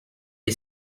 est